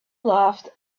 laughed